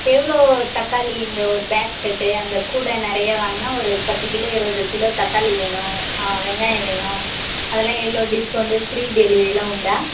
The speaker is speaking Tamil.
எவ்வளோ தக்காளி இந்த ஒரு பேஸ்கட்டு அந்த கூடை நிறைய வாங்கினா ஒரு பத்து கிலோ இருபது கிலோ தக்காளி வேணும் ஆ வெங்காயம் வேணும் அதெலாம் எவ்வளோ டிஸ்கவுண்டு ஃப்ரீ டெலிவெரியெலாம் உண்டா